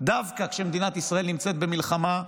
דווקא כשמדינת ישראל נמצאת במלחמה,